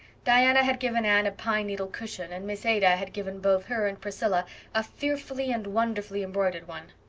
diana had given anne a pine needle cushion and miss ada had given both her and priscilla a fearfully and wonderfully embroidered one.